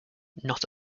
not